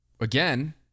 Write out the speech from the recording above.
again